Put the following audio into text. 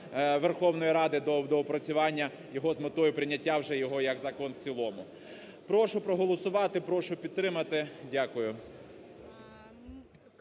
Верховної Ради до доопрацювання його з метою прийняття вже його як закону в цілому. Прошу проголосувати, прошу підтримати. Дякую.